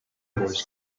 wars